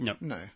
No